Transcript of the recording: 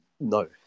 No